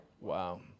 Wow